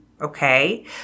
Okay